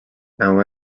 now